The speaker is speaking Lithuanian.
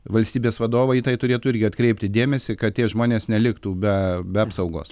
valstybės vadovai į tai turėtų irgi atkreipti dėmesį kad tie žmonės neliktų be be apsaugos